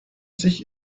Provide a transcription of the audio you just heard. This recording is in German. sich